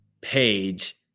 Page